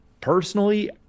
personally